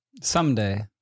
Someday